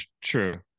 true